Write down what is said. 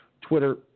Twitter